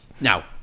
Now